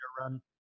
run